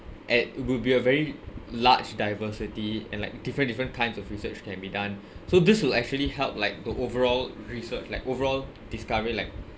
and would be a very large diversity and like different different kinds of research can be done so this will actually help like the overall research like overall discovery like